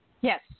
Yes